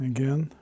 Again